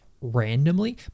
randomly